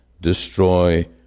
destroy